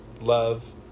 love